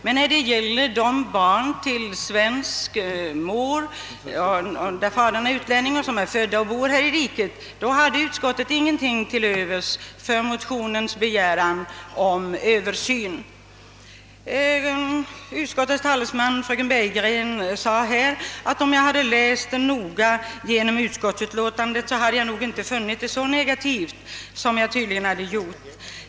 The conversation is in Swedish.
Men vad gäller barn med svensk mor och utländsk far, vilka är födda här och bor i riket, har utskottet inte haft någonting till övers för motionens begäran om Översyn. Utskottets talesman, fröken Bergegren, sade att om jag hade läst igenom utskottsutlåtandet noga, skulle jag troligen inte ha funnit det så negativt som jag tydligen gjort.